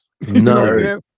No